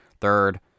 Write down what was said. third